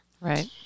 Right